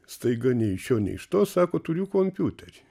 staiga nei iš šio nei iš to sako turiu kompiuterį